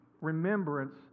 remembrance